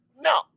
No